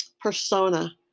persona